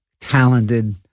talented